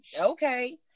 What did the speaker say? Okay